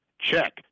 check